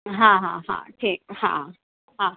हा हा हा ठीकु आहे हा